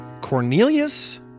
Cornelius